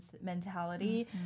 mentality